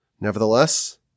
Nevertheless